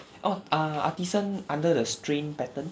orh ah artisan under the strain pattern